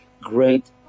Great